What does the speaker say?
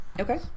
Okay